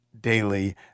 Daily